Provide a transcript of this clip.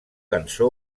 cançó